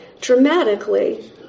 dramatically